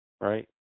right